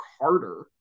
harder